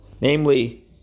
Namely